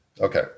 Okay